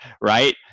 right